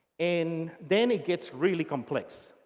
and then it gets really complex.